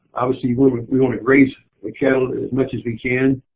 obviously we want to graze the cattle as much as we can.